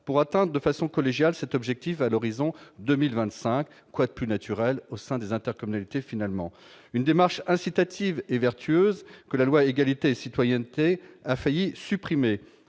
pour atteinte de façon collégiale cet objectif à l'horizon 2025, quoi de plus naturel au sein des intercommunalités finalement une démarche incitative et vertueuse que la loi égalité et citoyenneté a failli supprimer